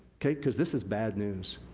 cause this is bad news.